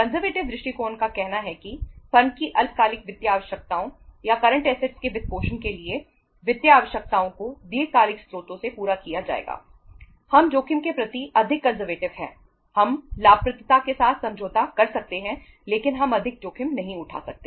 हम लाभप्रदता के साथ समझौता कर सकते हैं लेकिन हम अधिक जोखिम नहीं उठा सकते